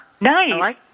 Nice